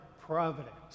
providence